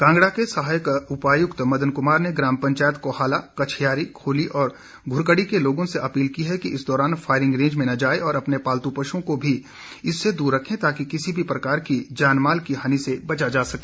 कांगड़ा के सहायक उपायुक्त मदन क्मार ने ग्राम पंचायत कोहाला कच्छयारी खोली और घ्रकड़ी के लोगों से अपील की है कि इस दौरान फायरिंग रेंज में न जाएं और अपने पालतू पश्ओं को भी इससे दूर रखें ताकि किसी भी प्रकार की जान माल की हानि से बचा जा सके